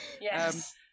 Yes